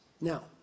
Now